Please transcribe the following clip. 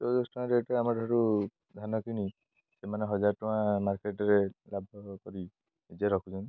ଚଉଦଶହ ଟଙ୍କା ରେଟ୍ରେ ଆମରଠାରୁ ଧାନ କିଣି ସେମାନେ ହଜାର ଟଙ୍କା ମାର୍କେଟ୍ରେ ଲାଭ କରି ନିଜେ ରଖୁଛନ୍ତି